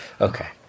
Okay